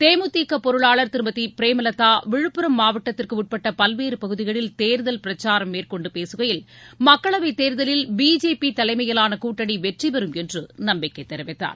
தேமுதிக பொருளாளர் திருமதி பிரேமலதா விழுப்புரம் மாவட்டத்திற்குட்பட்ட பல்வேறு பகுதிகளில் தேர்தல் பிரச்சாரம் மேற்கொண்டு பேசுகையில் மக்களவைத் தேர்தலில் பிஜேபி தலைமையிலான கூட்டணி வெற்றி பெறும் என்று நம்பிக்கை தெரிவித்தார்